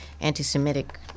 anti-Semitic